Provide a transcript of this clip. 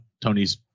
Tony's